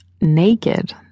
Naked